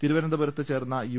തിരുവനന്തപുരത്ത് ചേർന്ന യു